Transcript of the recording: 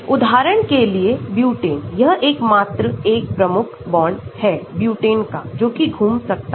उदाहरण के लिए ब्यूटेन यह एकमात्र एक प्रमुख बॉन्ड है ब्यूटेन का जोकि घूम सकता है